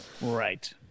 Right